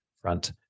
front